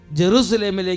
Jerusalem